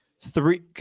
Three